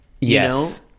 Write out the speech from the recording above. Yes